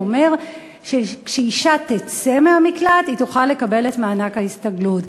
אומר שכאישה תצא מהמקלט היא תוכל לקבל את מענק ההסתגלות.